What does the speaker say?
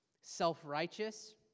self-righteous